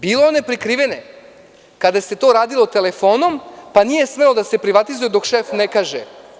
Bilo je one prikrivene, kada se to radilo telefonom, pa nije smelo ništa da se privatizuje dok šef ne kaže.